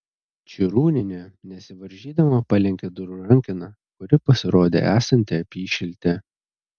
čirūnienė nesivaržydama palenkė durų rankeną kuri pasirodė esanti apyšiltė